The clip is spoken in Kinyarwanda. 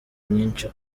nyinshi